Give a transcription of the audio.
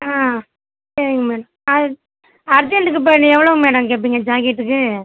ஆ சரிங்க மேடம் அர் அர்ஜெண்ட்டுக்கு இப்போ இது எவ்வளோ மேடம் கேட்பீங்க ஜாக்கெட்டுக்கு